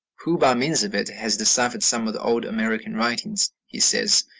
who, by means of it, has deciphered some of the old american writings. he says,